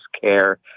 care